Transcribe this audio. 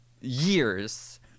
years